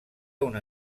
una